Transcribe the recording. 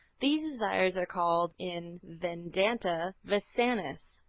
these desires are called in vedanta, vasanas.